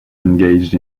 engage